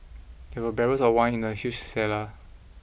there were barrels of wine in the huge cellar